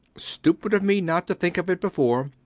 stupid of me not to think of it before.